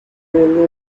really